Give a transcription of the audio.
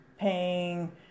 paying